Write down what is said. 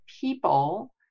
people